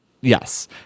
Yes